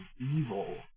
evil